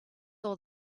all